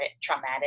traumatic